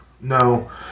No